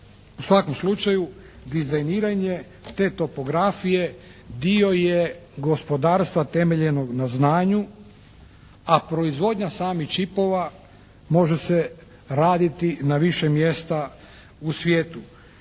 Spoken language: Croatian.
U svakom slučaju dizajniranje te topografije dio je gospodarstva temeljenog na znanju, a proizvodnja samih čipova može se raditi na više mjesta u svijetu.